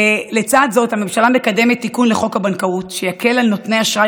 לצד זאת הממשלה מקדמת תיקון לחוק הבנקאות שיקל על נותני אשראי